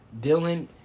Dylan